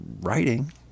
writing